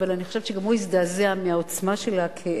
אבל אני חושבת שגם הוא הזדעזע מהעוצמה של הכאב,